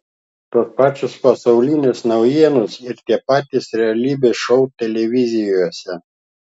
tos pačios pasaulinės naujienos ir tie patys realybės šou televizijose